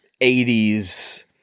80s